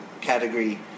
category